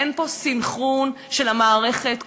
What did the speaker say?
אין פה סנכרון של המערכת כולה,